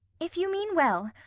if you mean well,